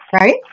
Right